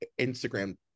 Instagram